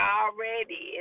already